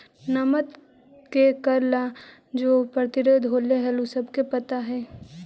नमक के कर ला जो प्रतिरोध होलई हल उ सबके पता हई